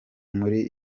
muri